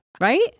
right